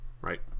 Right